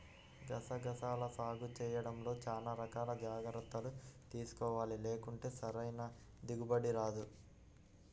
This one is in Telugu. గసగసాల సాగు చేయడంలో చానా రకాల జాగర్తలు తీసుకోవాలి, లేకుంటే సరైన దిగుబడి రాదు